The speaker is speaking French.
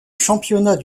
championnat